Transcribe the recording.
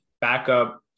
backup